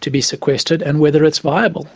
to be sequestered and whether it's viable.